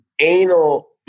anal